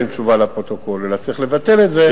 תשובה לפרוטוקול אלא צריך לבטל את זה,